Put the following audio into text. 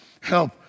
help